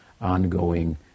ongoing